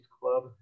club